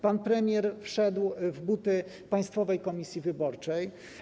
Pan premier wszedł w buty Państwowej Komisji Wyborczej.